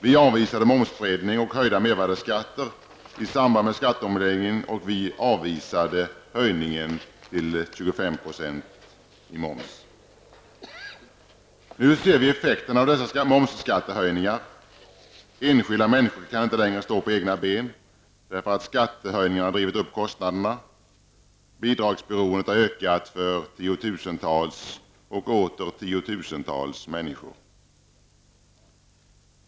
Vi avvisade momsbreddning och höjda mervärdeskatter i samband med skatteomläggningen, och vi avvisade höjningen till Nu ser vi effekterna av dessa momsskattehöjningar. Enskilda människor kan inte längre stå på egna ben därför att skattehöjningarna har drivit upp kostnaderna. Bidragsberoendet har ökat för tiotusentals och åter tiotusentals människor.